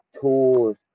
tools